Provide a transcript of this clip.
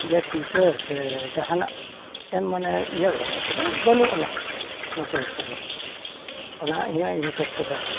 ᱡᱮ ᱯᱩᱭᱥᱟᱹ ᱥᱮ ᱡᱟᱦᱟᱱᱟᱜ ᱮᱢ ᱢᱟᱱᱮ ᱤᱭᱟᱹ ᱚᱱᱟ ᱠᱚᱫᱚ ᱵᱟᱹᱱᱩᱜ ᱟᱱᱟ ᱱᱚᱛᱮ ᱠᱚᱫᱚ ᱚᱱᱟ ᱤᱭᱟᱹ ᱦᱤᱥᱟᱹᱵᱽ ᱠᱚᱫᱚ